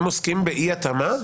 אם עוסקים באי התאמה,